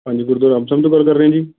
ਹਾਂਜੀ ਗੁਰਦੁਆਰਾ ਰਾਮਸਰ ਤੋਂ ਗੱਲ ਕਰ ਰਹੇ ਜੀ